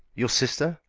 your sister?